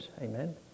amen